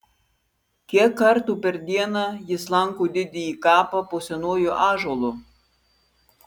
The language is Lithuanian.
kiek kartų per dieną jis lanko didįjį kapą po senuoju ąžuolu